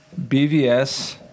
BVS